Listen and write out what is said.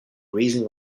raising